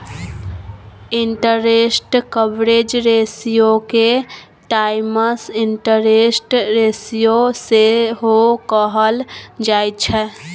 interest coverage रेशियोके times interest ratio सेहो कहल जाइत छै